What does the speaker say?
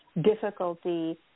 difficulty